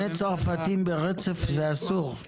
שני צרפתים ברצף זה אסור.